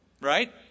Right